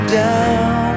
down